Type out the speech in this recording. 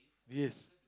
yes